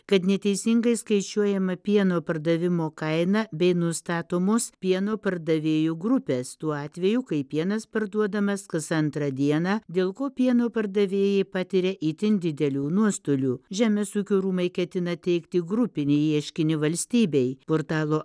kad neteisingai skaičiuojama pieno pardavimo kaina bei nustatomos pieno pardavėjų grupės tuo atveju kai pienas parduodamas kas antrą dieną dėl ko pieno pardavėjai patiria itin didelių nuostolių žemės ūkio rūmai ketina teikti grupinį ieškinį valstybei portalo